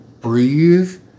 breathe